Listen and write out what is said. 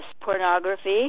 pornography